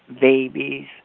babies